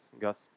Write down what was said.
Gus